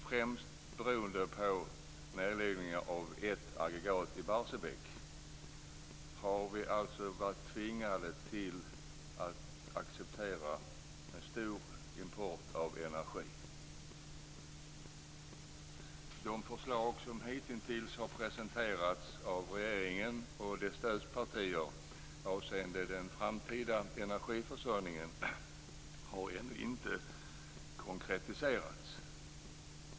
Främst beroende på nedläggningen av ett aggregat i Barsebäck har vi varit tvingade att acceptera en stor import av energi. De förslag som hitintills har presenterats av regeringen och dess stödpartier avseende den framtida energiförsörjningen har ännu inte konkretiserats.